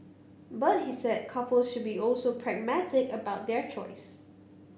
but he said couples should also be also pragmatic about their choice